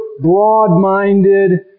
broad-minded